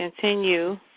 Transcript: continue